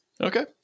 Okay